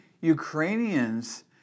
Ukrainians